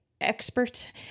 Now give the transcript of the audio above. Expert